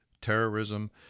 terrorism